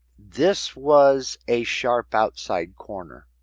this was a sharp outside corner.